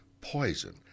poison